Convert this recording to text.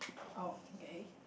oh okay